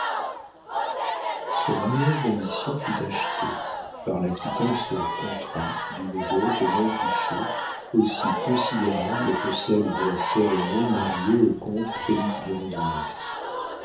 ce mariage d'ambition fut acheté par la quittance au contrat d'une dot non touchée aussi considérable que celle de sa sœur aînée mariée au comte félix de vandenesse de